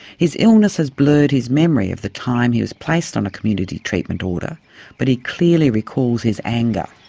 his illness has blurred his memory of the time he was placed on a community treatment order but he clearly recalls his anger.